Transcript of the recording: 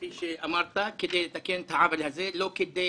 כפי שאמרת, כדי